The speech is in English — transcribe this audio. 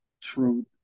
truth